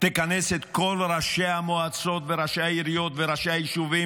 תכנס את כל ראשי המועצות וראשי העיריות וראשי היישובים